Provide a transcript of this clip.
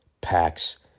packs